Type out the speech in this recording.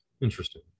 Interesting